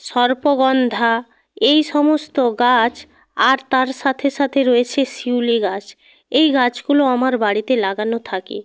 সর্পগন্ধা এই সমস্ত গাছ আর তার সাথে সাথে রয়েছে শিউলি গাছ এই গাছগুলো আমার বাড়িতে লাগানো থাকে